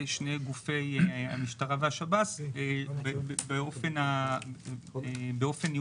ושני גופי המשטרה והשב"ס באופן ניהול